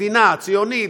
מדינה ציונית,